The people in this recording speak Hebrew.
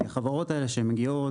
כי החברות האלה שמגיעות